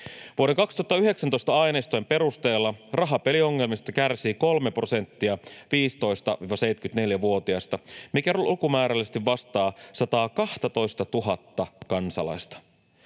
Vuoden 2019 aineistojen perusteella rahapeliongelmista kärsii kolme prosenttia 15—74-vuotiaista, mikä lukumäärällisesti vastaa 112 000:ta kansalaista.